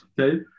Okay